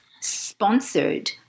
sponsored